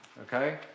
Okay